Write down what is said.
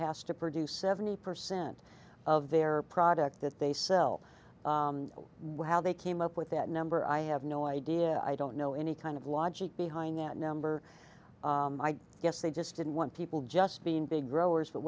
has to produce seventy percent of their product that they sell what how they came up with that number i have no idea i don't know any kind of logic behind that number i guess they just didn't want people just being big growers but